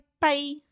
bye